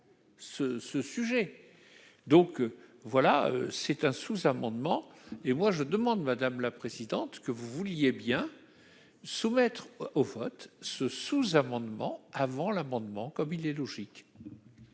ce sujet donc voilà c'est un sous-amendement et moi je demande madame la présidente, que vous vouliez bien soumettre au vote ce sous-amendement avant l'amendement comme il est logique.